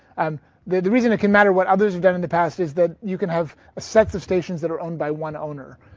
and the the reason it can matter what others have done in the past is that you can have a sets of stations that are owned by one owner.